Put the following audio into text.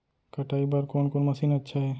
कटाई बर कोन कोन मशीन अच्छा हे?